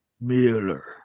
Miller